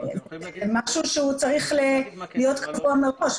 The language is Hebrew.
זה משהוא שצריך להיות קבוע מראש,